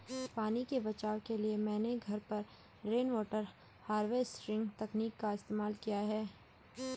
पानी के बचाव के लिए मैंने घर पर रेनवाटर हार्वेस्टिंग तकनीक का इस्तेमाल किया है